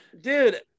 Dude